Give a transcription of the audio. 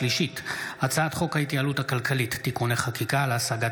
הצעת חוק ההתייעלות הכלכלית (תיקוני חקיקה להשגת